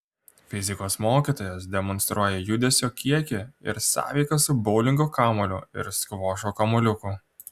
fizikos mokytojas demonstruoja judesio kiekį ir sąveiką su boulingo kamuoliu ir skvošo kamuoliuku